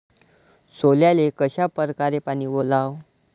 सोल्याले कशा परकारे पानी वलाव?